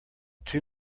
too